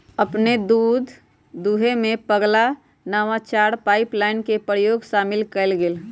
अपने स दूध दूहेमें पगला नवाचार पाइपलाइन के प्रयोग शामिल कएल गेल